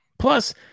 Plus